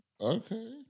Okay